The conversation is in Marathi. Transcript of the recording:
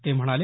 ते म्हणाले